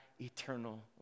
eternal